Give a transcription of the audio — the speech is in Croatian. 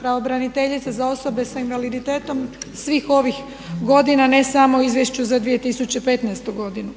pravobraniteljica za osobe sa invaliditetom svih ovih godina ne samo u izvješću za 2015.godinu.